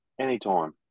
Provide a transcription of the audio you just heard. anytime